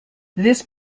this